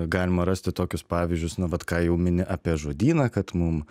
galima rasti tokius pavyzdžius na vat ką jau mini apie žodyną kad mum